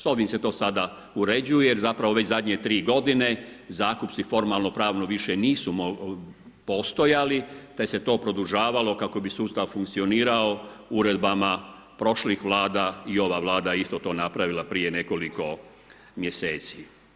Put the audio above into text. S ovim se to sada uređuje, jer zapravo već zadnje 3 g. zakupci, formalno, pravno, više nisu postojali, te se je to produžavalo kako bi sustav funkcionirao uredbama prošlih vlada i ova vlada je isto to napravila prije nekoliko mjeseci.